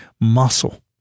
muscle